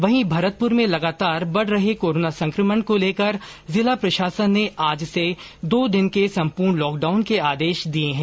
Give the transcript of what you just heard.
वहीं भरतपुर में लगातार बढ रहे कोरोना संक्रमण को लेकर जिला प्रशासन ने आज से दो दिन के सम्पूर्ण लॉकडाउन के आदेश दिए है